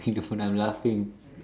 see the phone I'm laughing